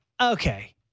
okay